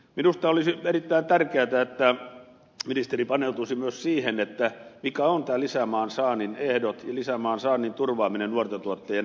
minusta olisi erittäin tärkeätä että ministeri paneutuisi myös siihen mitkä ovat tämän lisämaan saannin ehdot ja lisämaan saannin turvaamiseen nuorten tuottajien näkökulmasta